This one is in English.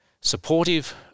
supportive